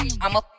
I'ma